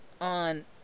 on